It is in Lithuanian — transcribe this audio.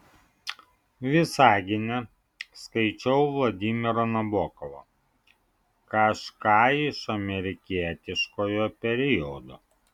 visagine skaičiau vladimirą nabokovą kažką iš amerikietiškojo periodo